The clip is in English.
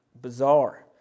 bizarre